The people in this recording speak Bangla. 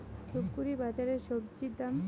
ধূপগুড়ি বাজারের স্বজি দাম?